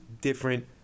different